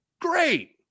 Great